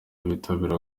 bitabira